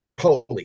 holy